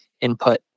input